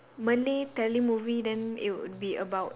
Malay telemovie then it would be about